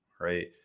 Right